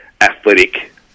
athletic